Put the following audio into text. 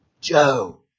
Joe